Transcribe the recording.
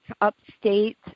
upstate